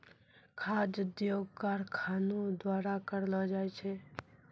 खाद्य उद्योग कारखानो द्वारा करलो जाय छै